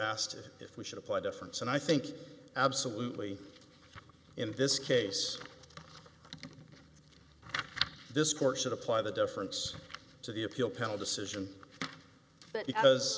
asked if we should apply difference and i think absolutely in this case this court should apply the difference to the appeal panel decision but because